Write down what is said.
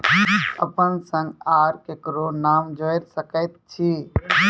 अपन संग आर ककरो नाम जोयर सकैत छी?